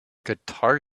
guitar